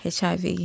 HIV